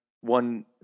one